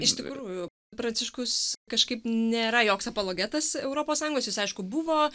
iš tikrųjų pranciškus kažkaip nėra joks apologetas europos sąjungos jis aišku buvo